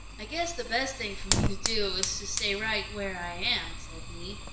i guess the best thing for me to do is to stay right where i am, said he,